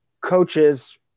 coaches